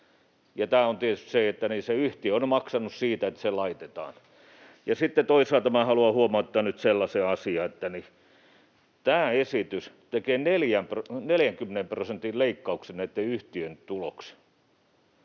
ja tietysti se yhtiö on maksanut siitä, että se on laitettu. Sitten toisaalta minä haluan huomauttaa nyt sellaisen asian, että tämä esitys tekee 40 prosentin leikkauksen näitten yhtiöitten tulokseen,